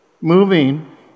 moving